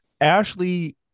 Ashley